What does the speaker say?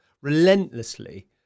relentlessly